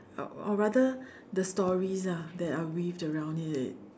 or or rather the stories lah that are weaved around it